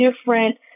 different